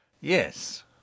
Yes